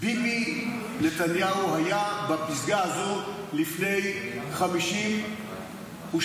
ביבי נתניהו היה על הפסגה הזו לפני 52 שנה.